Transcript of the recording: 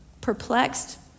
perplexed